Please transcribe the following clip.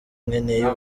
nkeneye